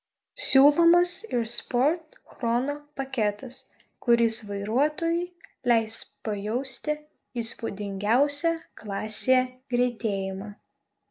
siūlomas ir sport chrono paketas kuris vairuotojui leis pajausti įspūdingiausią klasėje greitėjimą